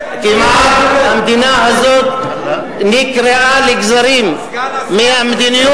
כמעט המדינה הזאת נקרעה לגזרים מהמדיניות של,